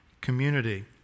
community